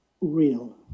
real